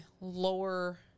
lower